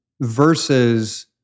versus